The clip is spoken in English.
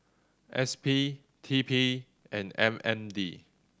S P T P and M N D